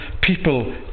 people